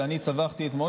שאני צווחתי אתמול.